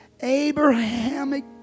Abrahamic